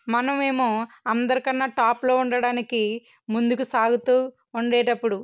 మనం ఏమో అందరికన్నా టాప్లో ఉండడానికి ముందుకు సాగుతు ఉండేటప్పుడు